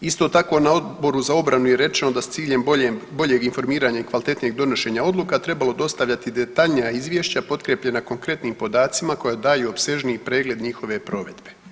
Isto tako na Odboru za obranu je rečeno da s ciljem boljeg informiranja i kvalitetnijeg donošenja odluka trebalo dostavljati detaljnija izvješća potkrijepljena konkretnim podacima koja daju opsežniji pregled njihove provedbe.